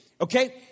Okay